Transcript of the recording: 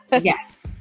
yes